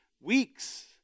weeks